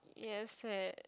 yes sad